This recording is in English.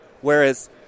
Whereas